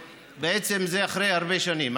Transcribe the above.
בעצם זה אחרי הרבה שנים.